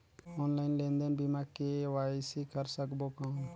Online लेनदेन बिना KYC कर सकबो कौन??